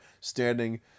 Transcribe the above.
standing